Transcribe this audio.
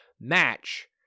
match